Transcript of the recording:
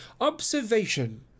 Observation